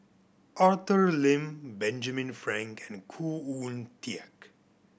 Arthur Lim Benjamin Frank and Khoo Oon Teik